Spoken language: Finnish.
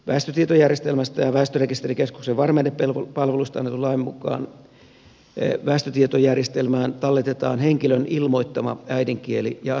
väestötietojärjestelmästä ja väestörekisterikeskuksen varmennepalvelusta annetun lain mukaan väestötietojärjestelmään tallennetaan henkilön ilmoittama äidinkieli ja asiointikieli